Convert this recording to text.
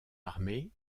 armée